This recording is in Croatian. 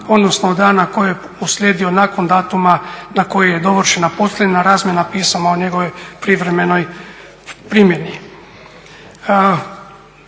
odnosno od dana koji je uslijedio nakon datuma na koji je dovršena posljednja razmjena pisama o njegovoj privremenoj primjeni.